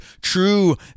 true